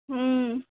हूँ